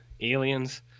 aliens